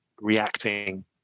reacting